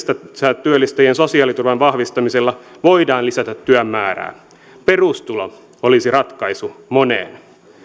itsensätyöllistäjien sosiaaliturvan vahvistamisella voidaan lisätä työn määrää perustulo olisi ratkaisu moneen